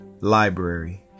library